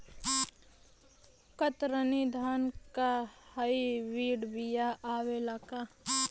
कतरनी धान क hybrid बिया आवेला का?